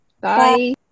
Bye